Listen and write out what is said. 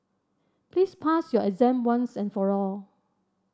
please pass your exam once and for all